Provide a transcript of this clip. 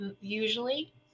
usually